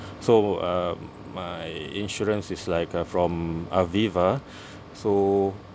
so uh my insurance is like uh from Aviva so